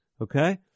Okay